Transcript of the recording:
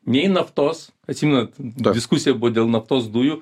nei naftos atsimenat diskusija buvo dėl naftos dujų